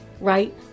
right